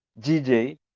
GJ